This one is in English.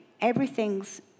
everything's